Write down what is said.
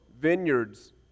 vineyards